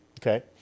Okay